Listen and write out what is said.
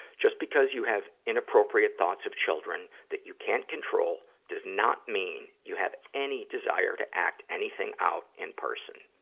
just because you have inappropriate thoughts of children that you can't control, does not mean you have any desire to act anything out in person.